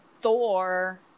Thor